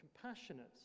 compassionate